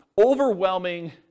overwhelming